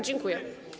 Dziękuję.